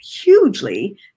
hugely